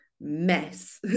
mess